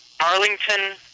Arlington